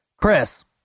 Chris